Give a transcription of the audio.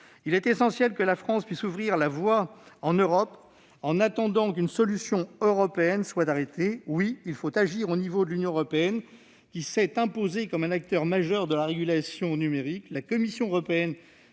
Il est essentiel que la France ouvre la voie en Europe, en attendant qu'une solution européenne soit arrêtée. Oui, c'est au niveau de l'Union européenne qu'il faut agir ! Celle-ci s'est imposée comme un acteur majeur de la régulation numérique,